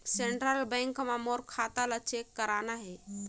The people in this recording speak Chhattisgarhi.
सेंट्रल बैंक मां मोर खाता ला चेक करना हे?